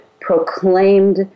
proclaimed